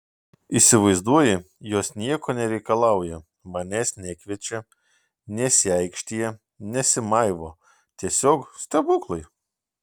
įsivaizduoji jos nieko nereikalauja manęs nekviečia nesiaikštija nesimaivo tiesiog stebuklai